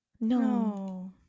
No